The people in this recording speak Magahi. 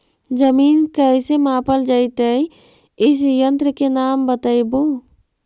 जमीन कैसे मापल जयतय इस यन्त्र के नाम बतयबु?